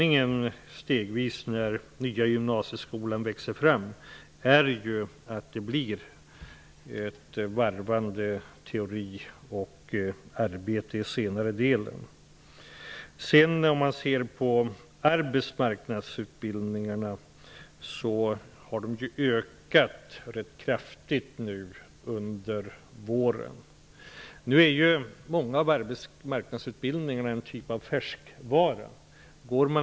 När den nya gymnasieskolan stegvis växer fram är det ju meningen att det skall bli ett varvande mellan teori och praktik i den senare delen. Arbetsmarknadsutbildningarna har ju ökat rätt kraftigt under våren. Många av arbetsmarknadsutbildningarna är ju en typ av färskvara.